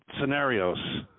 scenarios